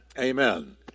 Amen